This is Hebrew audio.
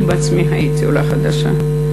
אני בעצמי הייתי עולה חדשה,